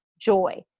joy